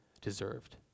deserved